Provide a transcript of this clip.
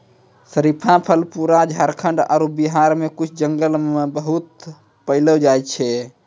शरीफा फल पूरा झारखंड आरो बिहार के कुछ जंगल मॅ बहुत पैलो जाय छै